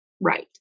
right